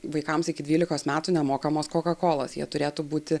vaikams iki dvylikos metų nemokamos koka kolos jie turėtų būti